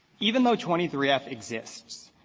even though twenty three f exists,